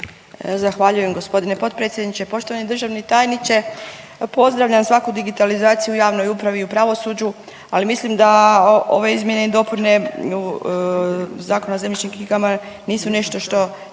Zahvaljujem gospodine potpredsjedniče. Poštovani državni tajniče pozdravljam svaku digitalizaciju u javnoj upravi i u pravosuđu, ali mislim ove izmjene i dopune Zakona o zemljišnim knjigama nisu nešto što